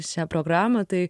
šią programą tai